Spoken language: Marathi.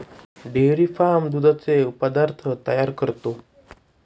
डेअरी फार्म दुधाचे पदार्थ तयार करतो